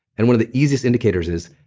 and one of the easiest indicators is,